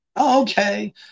Okay